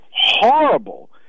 horrible